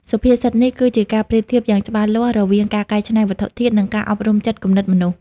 សុភាសិតនេះគឺជាការប្រៀបធៀបយ៉ាងច្បាស់លាស់រវាងការកែច្នៃវត្ថុធាតុ និងការអប់រំចិត្តគំនិតមនុស្ស។